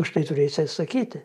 už tai turėsi atsakyti